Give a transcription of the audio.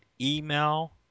email